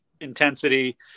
intensity